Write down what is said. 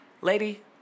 lady